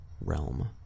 Realm